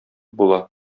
була